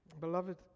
Beloved